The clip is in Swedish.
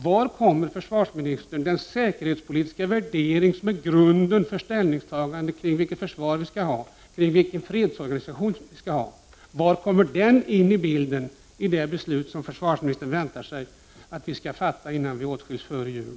Var kommer den säkerhetspolitiska värderingen, som är grunden till ställningstagandet till vilket försvar och vilken fredsorganisation vi skall ha, in i bilden i det beslut som försvarsministern förväntar sig att vi skall fatta innan vi åtskiljs före jul?